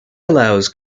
allows